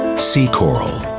sea coral.